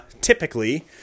typically